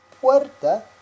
puerta